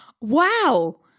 Wow